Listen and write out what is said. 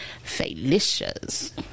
Felicia's